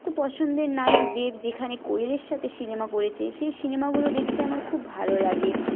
তো পছন্দের নায়ক দেব যেখানে কোয়েলের সাথে সিনেমা করেছে সেই সিনেমাগুলো দেখতে আমার খুব ভালো লাগে